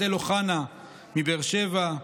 בתאל אוחנה מבאר שבע,